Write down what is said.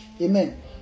Amen